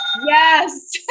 Yes